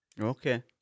Okay